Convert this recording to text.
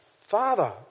Father